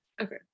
Okay